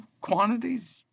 quantities